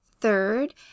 Third